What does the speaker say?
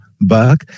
back